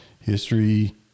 history